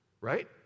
right